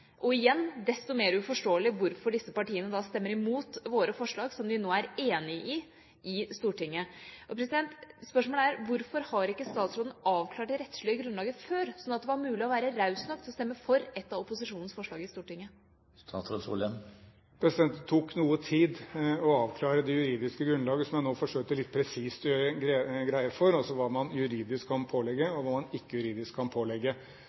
og, igjen, desto mer uforståelig er det hvorfor disse partiene da stemmer imot vårt forslag, som de nå er enig i, i Stortinget. Spørsmålet er: Hvorfor har ikke statsråden avklart det rettslige grunnlaget før, sånn at det var mulig å være raus nok til å stemme for et av opposisjonens forslag i Stortinget? Det tok noe tid å avklare det juridiske grunnlaget, som jeg nå forsøkte litt presist å gjøre greie for – altså hva man juridisk kan pålegge, og hva man ikke juridisk kan pålegge.